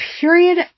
period